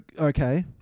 Okay